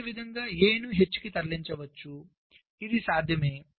అదేవిధంగా A నుH కి తరలించవచ్చు ఇది సాధ్యమే